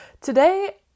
Today